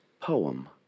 poem